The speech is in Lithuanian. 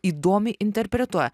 įdomiai interpretuoja